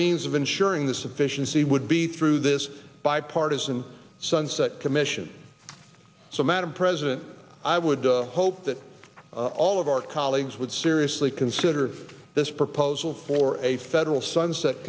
means of ensuring the sufficiency would be through this bipartisan sunset commission so madam president i would hope that all of our colleagues would seriously consider this proposal for a federal sunset